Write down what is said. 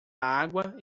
água